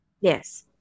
Yes